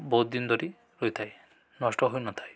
ବହୁତ ଦିନ ଧରି ରହିଥାଏ ନଷ୍ଟ ହୋଇନଥାଏ